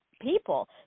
People